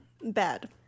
Bad